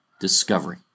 Discovery